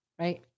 Right